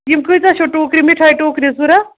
یِم کۭژاہ چھو ٹوٗکرِ مِٹھاے ٹوٗکرِ ضرورَت